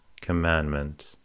commandment